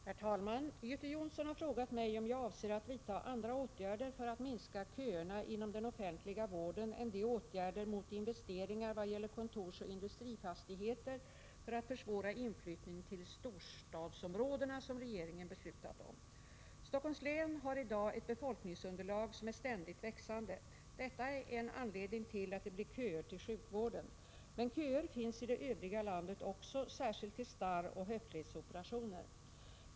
Herr talman! Göte Jonsson har frågat mig om jag avser att vidta andra åtgärder för att minska köerna inom den offentliga vården än de åtgärder mot investeringar vad gäller kontorsoch industrifastigheter för att försvåra inflyttningen till storstadsområdena som regeringen beslutat om. Stockholms län har i dag ett befolkningsunderlag som är ständigt växande. Detta är en anledning till att det blir köer till sjukvården. Men köer finns i det övriga landet också, särskilt till starroch höftledsoperationer.